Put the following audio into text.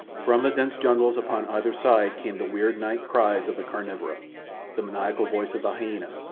from the dense jungles upon either side came the weird night cries of the carnivora the maniacal voice of the hyena,